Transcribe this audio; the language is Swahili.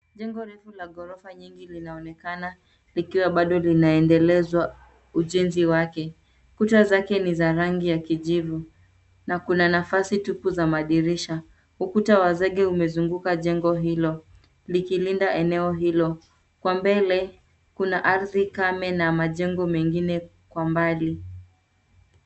Jengo refu la ghorofa nyingi linaonekana likiwa bado linaendelezwa ujenzi wake. Kuta zake ni za rangi ya kijivu na kuna nafasi tupu za madirisha. Ukuta wa zege umezunguka jengo hilo likilinda eneo hilo. Kwa mbele, kuna ardhi kame na majengo mengine kwa mbali.